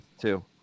two